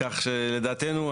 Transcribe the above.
כך שלדעתנו,